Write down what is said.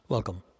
Welcome